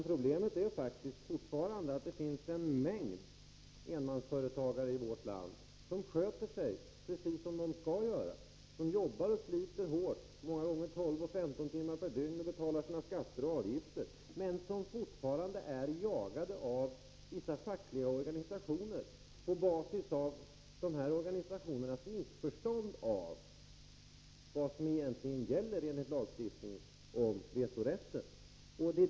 Problemet är faktiskt att en mängd enmansföretagare i vårt land, som sköter sig precis som de skall göra, som jobbar och sliter — många gånger 12-15 timmar per dygn — och som betalar sina skatter och avgifter, fortfarande är jagade av vissa fackliga organisationer på basis av att dessa organisationer har missförstått vilka regler som enligt lagstiftningen gäller beträffande vetorätten.